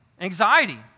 Anxiety